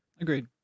Agreed